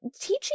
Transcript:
teaching